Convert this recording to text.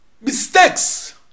Mistakes